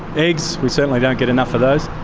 eggs, we certainly don't get enough of those.